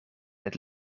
het